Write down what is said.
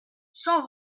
cent